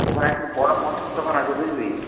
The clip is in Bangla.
ওখানে একটা বড়ো মশলার দোকান আছে বুঝলি